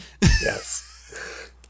Yes